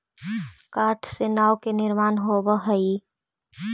काठ से नाव के निर्माण होवऽ हई